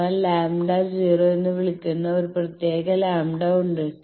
നമ്മൾ λ0 എന്ന് വിളിക്കുന്ന ഒരു പ്രത്യേക λ ഉണ്ട്